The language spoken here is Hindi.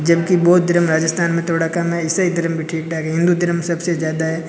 जबकि बौद्ध धर्म राजस्थान में थोड़ा कम है ईसाई धर्म भी ठीक ठाक है हिंदू धर्म सबसे ज़्यादा है